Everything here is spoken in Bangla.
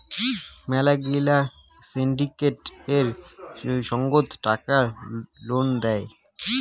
মেলা গিলা সিন্ডিকেট এক সঙ্গত টাকা লোন দেয়